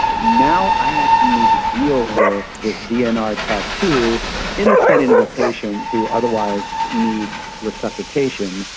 now i actually need to deal with this dnr tattoo in the setting of a patient who otherwise needs resuscitation,